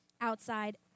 outside